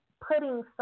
putting